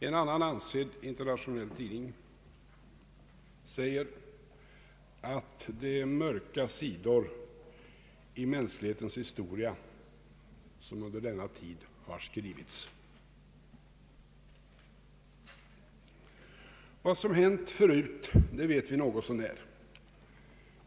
En annan ansedd internationell tidning säger att det är mörka sidor i mänsklighetens historia som under denna tid har skrivits. Vad som hänt förut vet vi något så när.